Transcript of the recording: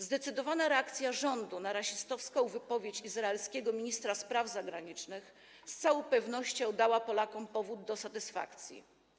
Zdecydowana reakcja rządu na rasistowską wypowiedź izraelskiego ministra spraw zagranicznych z całą pewnością dała Polakom powód do satysfakcji.